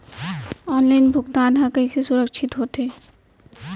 Online भुगतान हा कइसे सुरक्षित होथे?